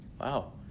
Wow